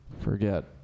forget